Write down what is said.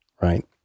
right